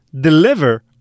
deliver